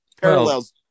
parallels